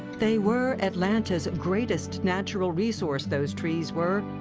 they were atlanta's greatest natural resource, those trees were.